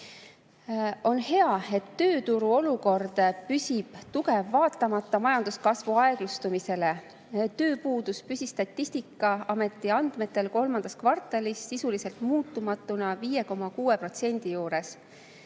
On hea, et tööturu olukord püsib tugev, vaatamata majanduskasvu aeglustumisele. Tööpuudus püsis Statistikaameti andmetel kolmandas kvartalis sisuliselt muutumatuna, 5,6% juures.